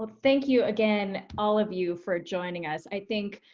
but thank you again, all of you, for joining us. i think